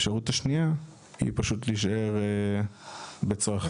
להישאר בצרכיי.